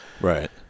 Right